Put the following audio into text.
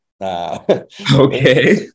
Okay